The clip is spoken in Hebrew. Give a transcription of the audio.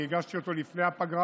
אני הגשתי אותו לפני הפגרה,